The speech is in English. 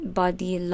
body